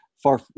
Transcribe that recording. far